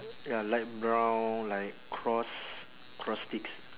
ya light brown like cross cross sticks